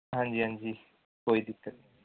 ਹਾਂਜੀ ਹਾਂਜੀ ਕੋਈ ਦਿੱਕਤ ਨਹੀਂ